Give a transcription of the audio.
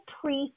priest